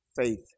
Faith